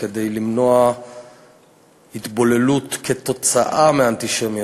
כדי למנוע התבוללות בגלל האנטישמיות.